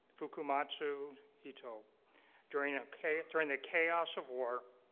fuku matsu hito during a cave during the chaos of war